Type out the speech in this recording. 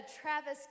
Travis